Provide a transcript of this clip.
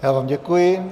Já vám děkuji.